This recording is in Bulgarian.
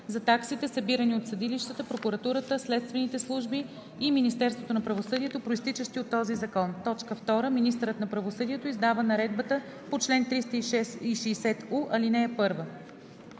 за таксите събирани от съдилищата, прокуратурата, следствените служби и Министерството на правосъдието, произтичащи от този закон. 2. Министърът на правосъдието издава наредбата по чл. 360у, ал. 1.“